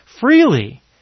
freely